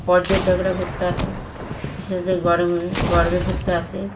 পর্যটকরা ঘু্রতে আসে বিশেষ করে গরমে গরমে ঘুরতে আসে